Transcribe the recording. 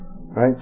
right